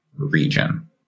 Region